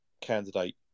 candidate